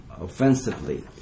offensively